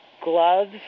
gloves